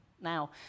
Now